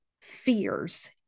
fears